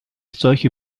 solche